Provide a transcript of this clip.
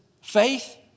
faith